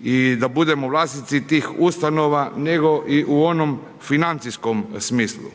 i da budemo vlasnici tih ustanova, nego i u onom financijskom smislu.